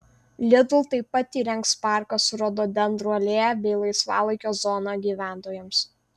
lidl taip pat įrengs parką su rododendrų alėja bei laisvalaikio zona gyventojams